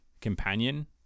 Companion